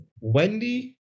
Wendy